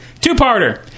Two-parter